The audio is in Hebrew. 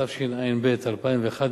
התשע"ב 2011,